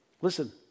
Listen